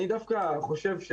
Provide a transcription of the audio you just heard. אני דווקא חושב,